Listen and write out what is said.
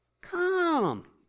come